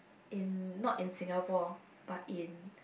in not in Singapore but in